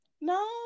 no